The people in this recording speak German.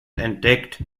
entdeckt